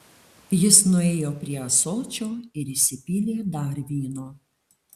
jis nuėjo prie ąsočio ir įsipylė dar vyno